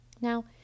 Now